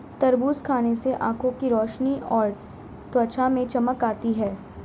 तरबूज खाने से आंखों की रोशनी और त्वचा में चमक आती है